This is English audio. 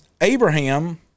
Abraham